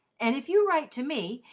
and if you write to me,